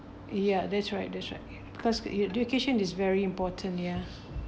ya that's right that's right because education is very important ya